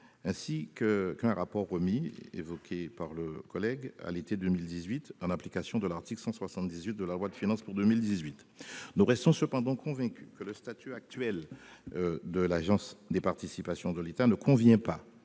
ainsi que par nos collègues à l'été 2018, en application de l'article 178 de la loi de finances pour 2018. Nous demeurons convaincus que le statut actuel de l'Agence des participations de l'État ne convient pas,